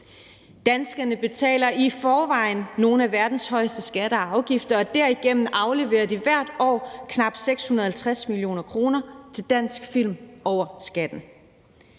Danskerne betaler i forvejen nogle af verdens højeste skatter og afgifter, og derigennem afleverer de hvert år knap 650 mio. kr. til dansk film over skatten.